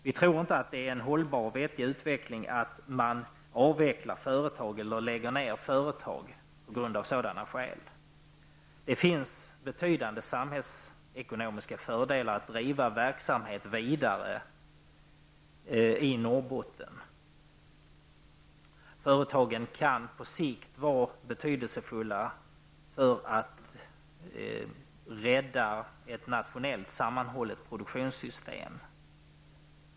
Vi tror inte att det är en hållbar och vettig utveckling att man avvecklar eller lägger ned företag av sådana skäl. Det finns betydande samhällsekonomiska fördelar att driva verksamhet vidare i Norrbotten. Företagen kan på sikt vara betydelsefulla för att man skall rädda ett nationellt sammanhållet produktionssystem.